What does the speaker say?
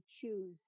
choose